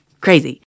crazy